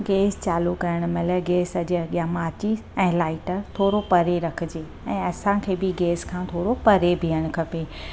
gas चालू करणु महिल गैस जे अॻियां माचिस ऐं लाइटर थोरो परे रखजे ऐं असांखे बि गैस खां थोरो परे बीहणु खपे